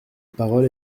parole